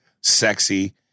sexy